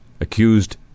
accused